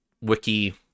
wiki